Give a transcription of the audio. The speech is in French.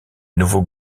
nouveau